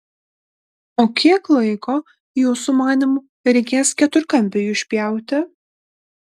o kiek laiko jūsų manymu reikės keturkampiui išpjauti